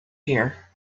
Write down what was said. here